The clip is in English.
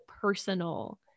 personal